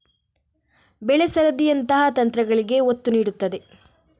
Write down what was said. ಬೆಳೆ ಸರದಿಯಂತಹ ತಂತ್ರಗಳಿಗೆ ಒತ್ತು ನೀಡುತ್ತದೆ